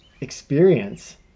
experience